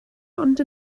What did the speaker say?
ond